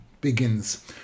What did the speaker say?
begins